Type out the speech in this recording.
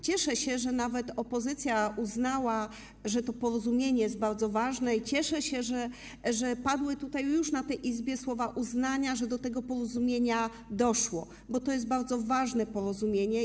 Cieszę się, że nawet opozycja uznała, że to porozumienie jest bardzo ważne, i cieszę się, że padły już w tej Izbie słowa uznania, że do tego porozumienia doszło, bo to jest bardzo ważne porozumienie.